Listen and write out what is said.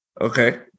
Okay